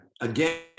again